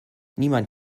niemand